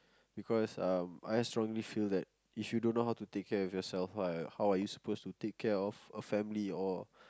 because um I strongly feel that if you don't know how to take care of yourself right how are supposed to take care of a family or